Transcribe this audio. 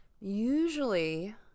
usually